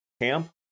Camp